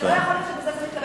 זה לא יכול להיות שבזה זה מסתכם.